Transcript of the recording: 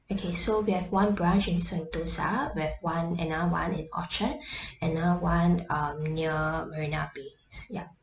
okay so we have one branch in sentosa we've one another one in orchard another one um near marina bay yup